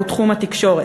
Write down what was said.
הוא תחום התקשורת.